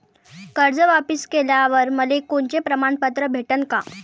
कर्ज वापिस केल्यावर मले कोनचे प्रमाणपत्र भेटन का?